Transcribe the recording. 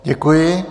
Děkuji.